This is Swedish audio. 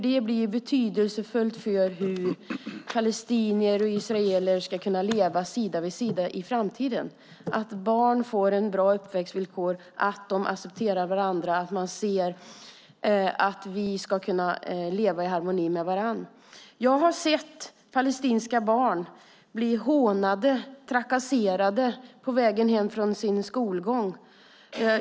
Det är betydelsefullt för hur palestinier och israeler ska kunna leva sida vid sida i framtiden att barn får bra uppväxtvillkor, att de accepterar varandra och att de kan leva i harmoni med varandra. Jag har sett palestinska barn bli hånade och trakasserade på väg hem från skolan.